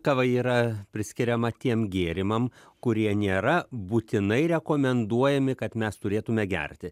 kava yra priskiriama tiem gėrimam kurie nėra būtinai rekomenduojami kad mes turėtume gerti